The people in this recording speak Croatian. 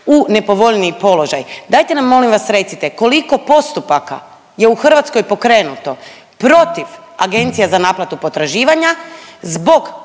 u nepovoljniji položaj dajte nam molim vas recite koliko postupaka je u Hrvatskoj pokrenuto protiv Agencija za naplatu potraživanja zbog